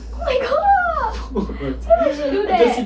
oh my god why would she do that